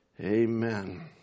Amen